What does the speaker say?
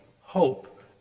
hope